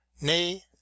nay